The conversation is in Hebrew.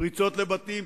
פריצות לבתים,